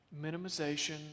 minimization